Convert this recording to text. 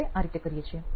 આપણે આ રીતે કરીએ છીએ